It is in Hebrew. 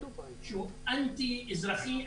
שהוא אנטי אזרחי,